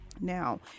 Now